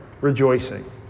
rejoicing